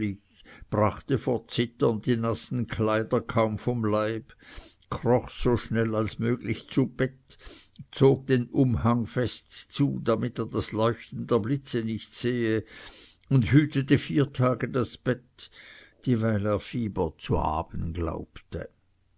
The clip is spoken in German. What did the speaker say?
brachte vor zittern die nassen kleider kaum vom leibe kroch so schnell als möglich zu bett zog den umhang fest zu damit er das leuchten der blitze nicht sehe und hütete vier tage das bett dieweil er fieber zu haben glaubte